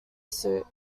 suit